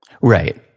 Right